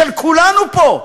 של כולנו פה.